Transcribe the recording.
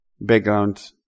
background